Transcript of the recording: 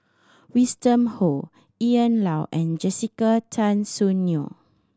Winston Oh Ian Loy and Jessica Tan Soon Neo